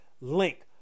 link